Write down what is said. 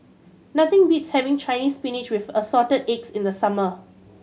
nothing beats having Chinese Spinach with Assorted Eggs in the summer